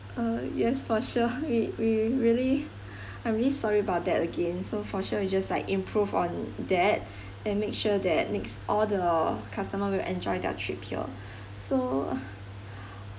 uh yes for sure we we really I'm really sorry about that again so for sure we just like improve on that and make sure that next all the customer will enjoy their trip here so